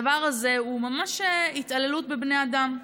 הדבר הזה הוא ממש התעללות בבני אדם.